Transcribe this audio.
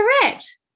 Correct